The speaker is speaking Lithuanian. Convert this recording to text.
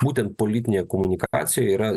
būtent politinė komunikacija yra